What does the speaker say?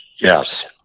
Yes